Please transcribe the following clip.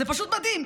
זה פשוט מדהים.